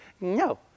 No